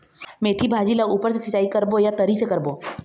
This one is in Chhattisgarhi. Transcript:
मेंथी भाजी ला ऊपर से सिचाई करबो या तरी से करबो?